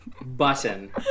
button